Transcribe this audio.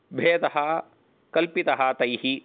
भेदः कल्पितः तैः